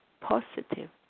positive